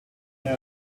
noch